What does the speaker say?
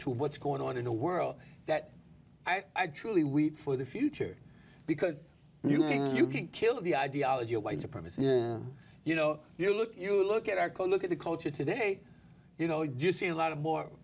to what's going on in the world that i truly weep for the future because you can't kill the ideology of white supremacy you know you look at you look at our core look at the culture today you know you see a lot of more